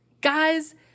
guys